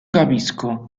capisco